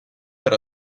per